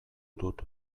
dut